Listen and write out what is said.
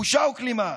בושה וכלימה.